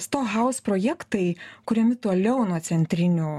stohaus projektai kuriami toliau nuo centrinių